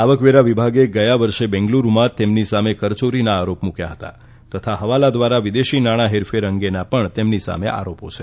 આવકવેરાવ વિભાગે ગયા વર્ષે બેંગલુરૂમાં તેમની સામે કરચોરીના આરોપ મુકથા હતા તથા હવાલા દ્વારા વિદેશી નાણાં હેરફેર અંગેના પણ તેમની સામે આરોપો છે